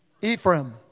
Ephraim